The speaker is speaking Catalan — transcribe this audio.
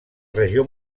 regió